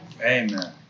Amen